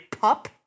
Pup